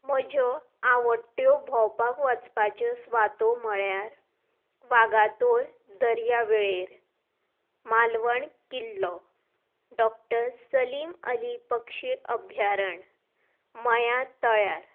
म्हज्यो आवडट्यो भोंवपाक वचपाच्यो सुवातो म्हणल्यार वागातोर दर्यावेळ मालवण किल्लो डॉक्टर सलीम अली पक्षी अभ्यारण्य मयां तळ्यार